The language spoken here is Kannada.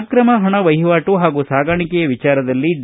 ಅಕ್ರಮ ಪಣ ವಹಿವಾಟು ಹಾಗೂ ಸಾಗಾಣಿಕೆಯ ವಿಚಾರದಲ್ಲಿ ಡಿ